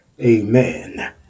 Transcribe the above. amen